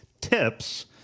tips